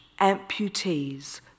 amputees